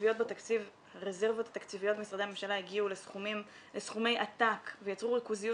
התקציביות במשרדי הממשלה הגיעו לסכומי עתק ויצרו ריכוזיות